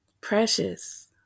precious